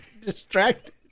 distracted